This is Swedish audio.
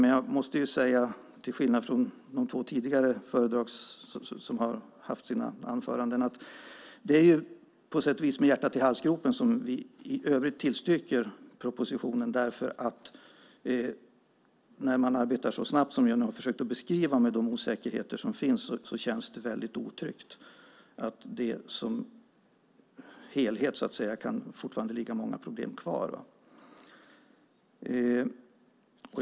Men jag måste säga, till skillnad från de två som tidigare har haft sina anföranden, att det på sätt och vis är med hjärtat i halsgropen som vi i övrigt tillstyrker propositionen. När man arbetar så snabbt som jag nu har försökt beskriva och med de osäkerheter som finns känns det väldigt otryggt. Det kan som helhet, så att säga, fortfarande ligga kvar många problem.